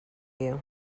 you